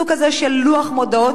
סוג כזה של לוח מודעות,